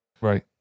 Right